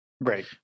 Right